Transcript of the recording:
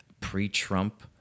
pre-Trump